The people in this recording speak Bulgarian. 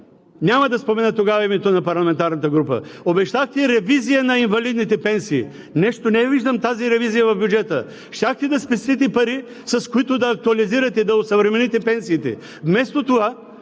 няма да спомена името на парламентарната група, ревизия на инвалидните пенсии. Нещо не я виждам тази ревизия в бюджета. Щяхте да спестите пари, с които да актуализирате, да осъвремените пенсиите. Вместо с